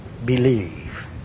believe